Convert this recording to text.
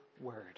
word